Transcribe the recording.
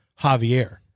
Javier